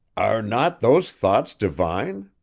are not those thoughts divine